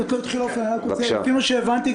לפי מה שהבנתי,